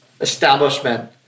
establishment